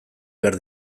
behar